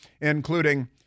including